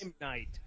night